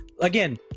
again